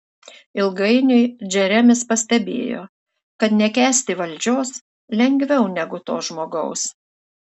ilgainiui džeremis pastebėjo kad nekęsti valdžios lengviau negu to žmogaus